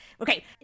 okay